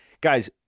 guys